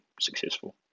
successful